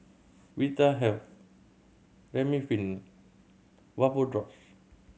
Vitahealth Remifemin Vapodrops